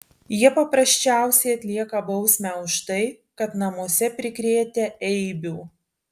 jie paprasčiausiai atlieka bausmę už tai kad namuose prikrėtę eibių